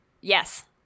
Yes